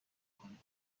کنند